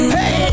Hey